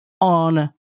On